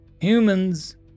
Humans